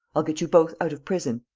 i'll get you both out of prison.